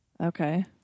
Okay